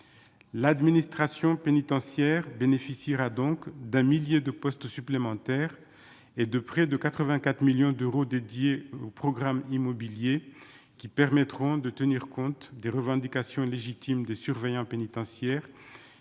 l'administration pénitentiaire bénéficiera donc d'un millier de postes supplémentaires et de près de 84 millions d'euros dédiée aux programmes immobiliers qui permettront de tenir compte des revendications légitimes des surveillants pénitentiaires